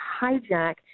hijack